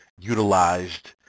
utilized